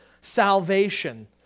salvation